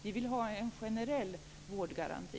Vi vill ha en generell vårdgaranti.